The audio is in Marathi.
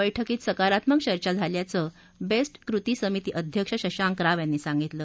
बैठकीत सकारात्मक चर्चा झाल्याचं बेस्ट कृती समिती अध्यक्ष शशांक राव यांनी सांगितलं